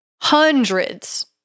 Hundreds